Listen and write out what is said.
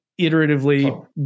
iteratively